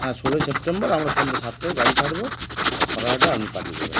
হ্যাঁ ষোলোই সেপ্টেম্বর আমরা সন্ধ্যে সাতটায় গাড়ি ছাড়বো আর সরায়হাটে আপনি পাঠিয়ে দেবেন